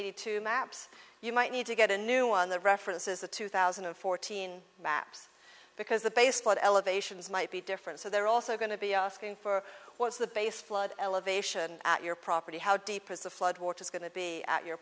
hundred two maps you might need to get a new one the references the two thousand and fourteen maps because the baseline elevations might be different so they're also going to be asking for what is the base flood elevation at your property how deep is the flood waters going to be at your